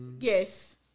Yes